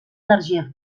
energia